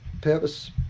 Purpose